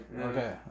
Okay